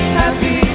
happy